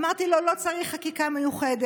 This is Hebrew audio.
אמרתי לו: לא צריך חקיקה מיוחדת,